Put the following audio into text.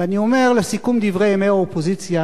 ואני אומר לסיכום דברי ימי האופוזיציה